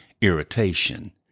irritation